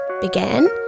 began